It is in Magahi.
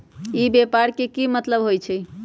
ई व्यापार के की मतलब होई छई?